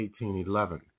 1811